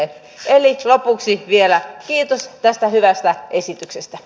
eli lopuksi vielä kiitos tästä hyvästä esityksestä